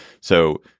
So-